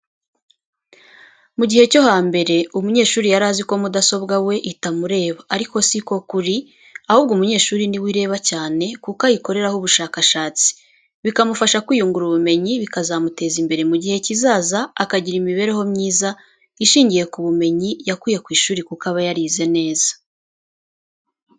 Mu gihe cyo hambere umunyeshuri yari azi ko mudasobwa we itamureba ariko si ko kuri, ahubwo umunyeshuri ni we ireba cyane kuko ayikoreraho ubushakashatsi, bikamufasha kwiyungura ubumenyi bikazamuteza imbere mu gihe kizaza akagira imibereho myiza, ishingiye ku bumenyi yakuye ku ishuri kuko aba yarize neza.